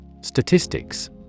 Statistics